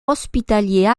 hospitalier